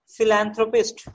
Philanthropist